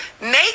Make